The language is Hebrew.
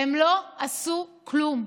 והם לא עשו כלום.